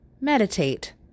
Meditate